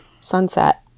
sunset